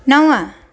नव